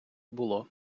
було